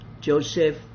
joseph